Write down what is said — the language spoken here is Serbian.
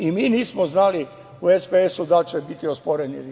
Ni mi nismo znali u SPS-u da li će biti osporeni ili ne.